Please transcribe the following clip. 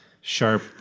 sharp